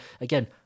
again